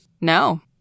no